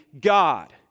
God